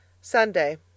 Sunday